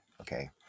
okay